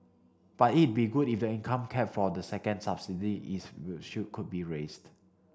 but it'd be good if income cap for the second subsidy is should could be raised